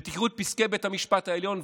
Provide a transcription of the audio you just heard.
ותקראו את פסקי בית המשפט העליון,